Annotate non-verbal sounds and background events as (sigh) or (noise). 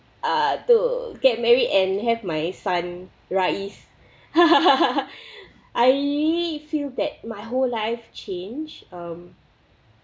err to get marry and have my son rais (laughs) I feel that my whole life change um